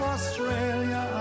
Australia